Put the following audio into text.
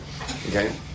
Okay